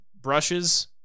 brushes